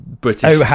british